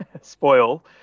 spoil